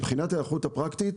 מבחינת ההיערכות הפרקטית,